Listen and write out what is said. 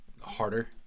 harder